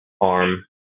arm